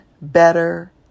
better